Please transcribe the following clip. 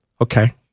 Okay